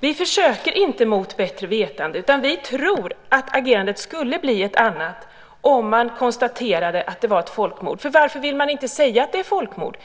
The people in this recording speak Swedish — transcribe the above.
Vi försöker inte mot bättre vetande, utan vi tror att agerandet skulle bli ett annat om man konstaterade att det var ett folkmord. Varför vill man inte säga att det är folkmord?